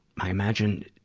i imagine,